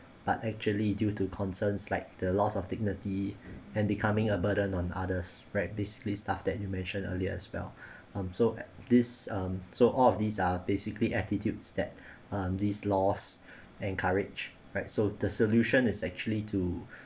but actually due to concerns like the loss of dignity and becoming a burden on others right basically stuff that you mentioned earlier as well um so this um so all of these are basically attitudes that um these laws encourage right so the solution is actually to